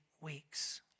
weeks